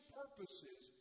purposes